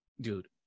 dude